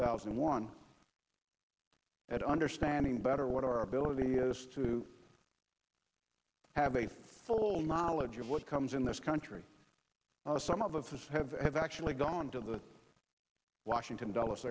thousand and one at understanding better what our ability is to have a full knowledge of what comes in this country some of us have actually gone to the washington dulles